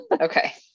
Okay